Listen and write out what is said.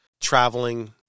Traveling